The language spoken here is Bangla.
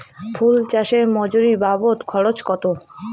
ফুল চাষে মজুরি বাবদ খরচ কত?